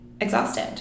exhausted